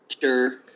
Sure